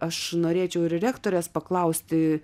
aš norėčiau ir rektorės paklausti